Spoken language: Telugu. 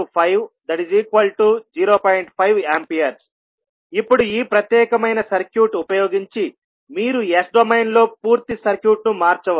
5A ఇప్పుడు ఈ ప్రత్యేకమైన సర్క్యూట్ ఉపయోగించి మీరు S డొమైన్లో పూర్తి సర్క్యూట్ను మార్చవచ్చు